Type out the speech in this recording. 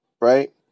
right